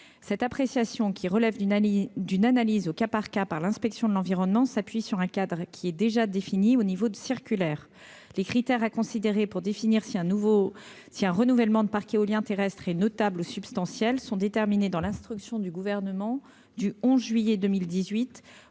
cette appréciation qui relève d'une Ali d'une analyse au cas par cas par l'inspection de l'environnement, s'appuie sur un cadre qui est déjà défini au niveau de circulaires les critères à considérer pour définir si un nouveau si un renouvellement de parc éolien terrestre et notable substantiels sont déterminés dans l'instruction du gouvernement du 11 juillet 2018